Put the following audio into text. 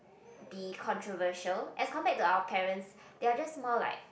be controversial as compared to our parents they're just more like